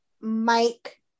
Mike